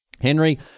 Henry